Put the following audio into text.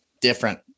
Different